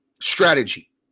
strategy